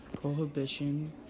Prohibition